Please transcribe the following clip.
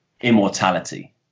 immortality